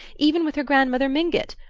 even with her grandmother mingott?